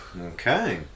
Okay